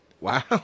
Wow